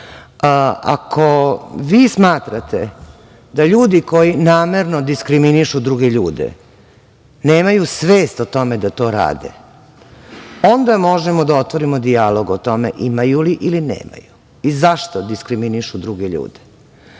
Ako vi smatrate da ljudi koji namerno diskriminišu druge ljude nemaju svest o tome da to rade, onda možemo da otvorimo dijalog o tome imaju li ili nemaju i zašto diskriminišu druge ljude.O